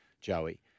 Joey